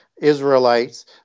Israelites